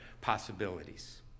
possibilities